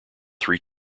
three